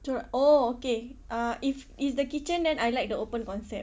corak oh okay ah if it's the kitchen then I like the open concept